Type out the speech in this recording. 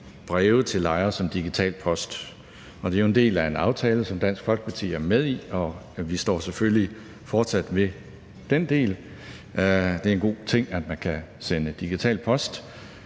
breve til lejere som digital post, og det er jo en del af en aftale, som Dansk Folkeparti er med i, og vi står selvfølgelig fortsat ved den del. Det er en god ting, at man kan sende digital post.